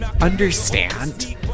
understand